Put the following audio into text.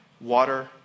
water